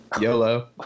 YOLO